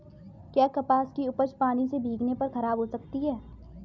क्या कपास की उपज पानी से भीगने पर खराब हो सकती है?